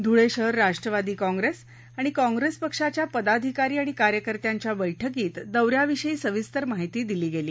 धुळे शहर राष्ट्रवादी काँप्रेस आणि काँप्रेस पक्षाच्या पदाधिकारी आणि कार्यकर्त्यांच्या बैठकीत दौऱ्याविषयी सविस्तर माहिती दिली गेली